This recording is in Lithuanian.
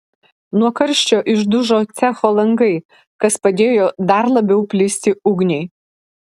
nuo karščio išdužo cecho langai kas padėjo dar labiau plisti ugniai